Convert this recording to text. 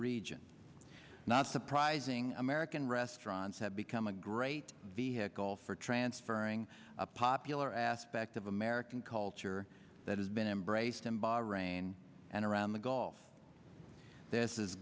region not surprising american restaurants have become a great vehicle for transferring a popular aspect of american culture that has been embraced in bahrain and around the gulf this is